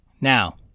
Now